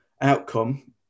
outcome